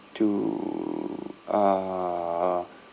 to uh